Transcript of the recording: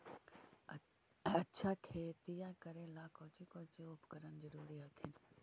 अच्छा खेतिया करे ला कौची कौची उपकरण जरूरी हखिन?